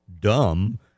dumb